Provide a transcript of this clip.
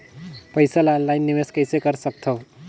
पईसा ल ऑनलाइन निवेश कइसे कर सकथव?